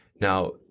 Now